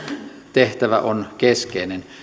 tehtävä on keskeinen